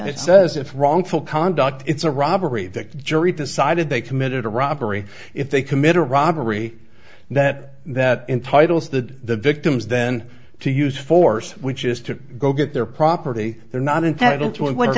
it says it's wrong for conduct it's a robbery that jury decided they committed a robbery if they commit a robbery that that entitles the victim's then to use force which is to go get their property they're not entitled to and want to